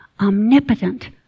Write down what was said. omnipotent